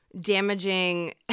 damaging